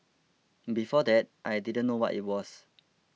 before that I didn't know what it was